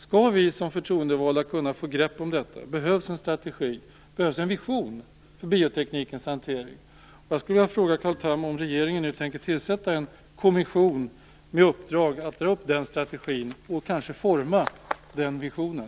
Skall vi som förtroendevalda kunna få grepp om detta behövs en strategi och en vision för bioteknikens hantering. Jag skulle vilja fråga Carl Tham om regeringen tänker tillsätta en kommission med uppdrag att dra upp den strategin och kanske forma den visionen.